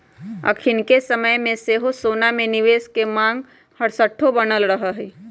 अखनिके समय में सेहो सोना में निवेश के मांग हरसठ्ठो बनल रहै छइ